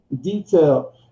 detail